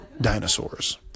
dinosaurs